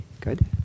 good